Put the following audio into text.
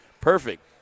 Perfect